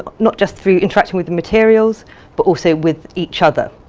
not just through interacting with the materials but also with each other.